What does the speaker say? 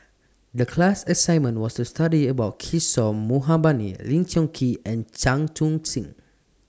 The class assignment was to study about Kishore Mahbubani Lee Choon Kee and Chan Chun Sing